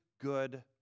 good